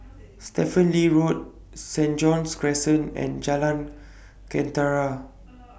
Stephen Lee Road Saint John's Crescent and Jalan